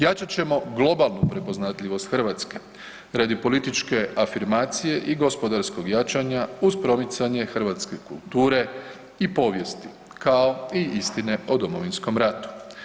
Jačat ćemo globalnu prepoznatljivost Hrvatske radi političke afirmacije i gospodarskog jačanja uz promicanje hrvatske kulture i povijesti kao i istine o Domovinskom ratu.